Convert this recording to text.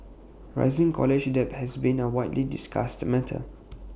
rising college debt has been A widely discussed matter